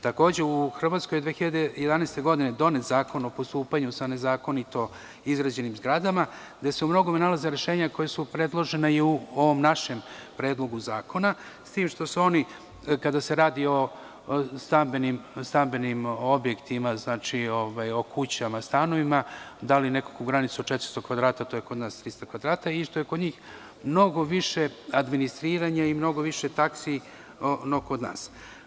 Takođe, u Hrvatskoj je 2011. godine donet Zakon o postupanju sa nezakonito izgrađenim zgradama, gde se u mnogome nalaze rešenja koja su predložena i u ovom našem Predlogu zakona, s tim što su oni, kada se radi o stambenim objektima, o kućama, stanovima, dali nekakvu granicu od 400 kvadrata, to je kod nas 300 kvadrata, i što je kod njih mnogo više administriranja i mnogo više taksi nego kod nas.